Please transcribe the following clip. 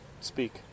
speak